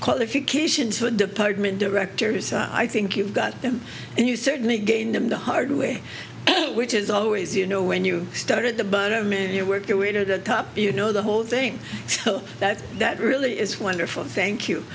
qualifications for department directors i think you've got them and you certainly gain them the hard way which is always you know when you start at the bottom in your work your way to the top you know the whole thing so that's that really is wonderful thank you